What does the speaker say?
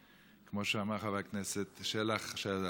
כמו שאמר חבר הכנסת שלח, השר,